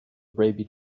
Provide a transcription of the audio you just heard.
baby